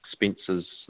expenses